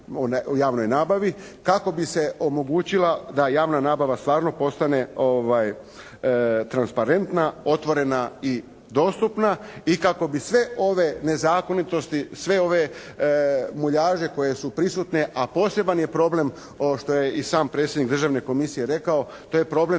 o javnoj nabavi, kako bi se omogućila da javna nabava stvarno postane transparentna, otvorena i dostupna i kako bi sve ove nezakonitosti, sve ove muljaže koje su prisutne, a poseban je problem ovo što je i sam predsjednik Državne komisije rekao, to je problem